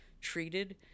treated